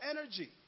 energy